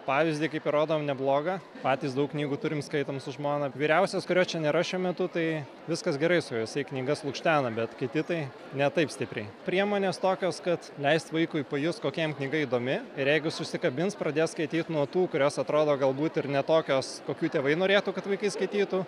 pavyzdį kaip ir rodom neblogą patys daug knygų turim skaitom su žmona vyriausias kurio čia nėra šiuo metu tai viskas gerai su juo jisai knygas lukštena bet kiti tai ne taip stipriai priemonės tokios kad leist vaikui pajust kokia jam knyga įdomi ir jeigu jis užsikabins pradės skaityti nuo tų kurios atrodo galbūt ir ne tokios kokių tėvai norėtų kad vaikai skaitytų